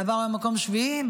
בעבר היינו במקום השביעי,